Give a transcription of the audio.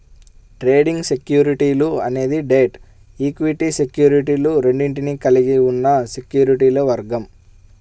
trading సెక్యూరిటీలు అనేది debt, equity సెక్యూరిటీలు రెండింటినీ కలిగి ఉన్న సెక్యూరిటీల వర్గం